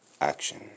action